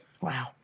Wow